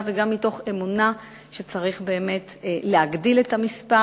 וגם מתוך אמונה שצריך באמת להגדיל את המספר.